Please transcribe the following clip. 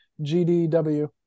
GDW